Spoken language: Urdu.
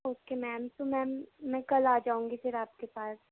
اوکے میم تو میم میں کل آ جاؤں گی پھر آپ کے پاس